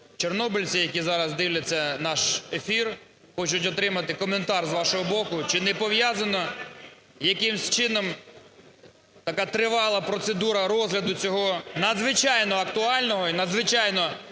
чорнобильці, які зараз дивляться наш ефір, хочуть отримати коментар з вашого боку. Чи не пов'язано якимсь чином така тривала процедура розгляду цього надзвичайно актуального і надзвичайно